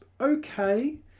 okay